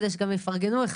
כדי שגם יפרגנו אחד לשני.